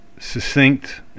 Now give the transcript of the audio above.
succinct